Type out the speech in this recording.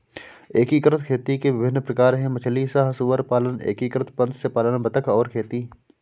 एकीकृत खेती के विभिन्न प्रकार हैं मछली सह सुअर पालन, एकीकृत मत्स्य पालन बतख और खेती